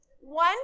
One